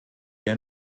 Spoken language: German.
der